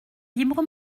libre